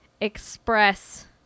express